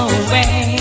away